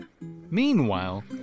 Meanwhile